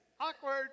awkward